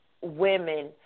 women